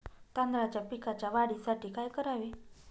तांदळाच्या पिकाच्या वाढीसाठी काय करावे?